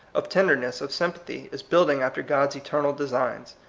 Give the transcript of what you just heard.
of tender ness, of sympathy, is building after god's eternal designs.